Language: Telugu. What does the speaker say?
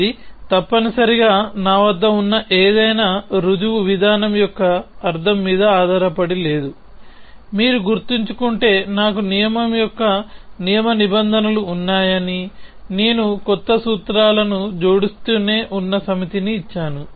ఇది తప్పనిసరిగా నా వద్ద ఉన్న ఏదైనా రుజువు విధానం యొక్క అర్ధం మీద ఆధారపడి లేదు మీరు గుర్తుంచుకుంటే నాకు నియమం యొక్క నియమ నిబంధనలు ఉన్నాయని నేను కొత్త సూత్రాలను జోడిస్తూనే ఉన్న సమితిని ఇచ్చాను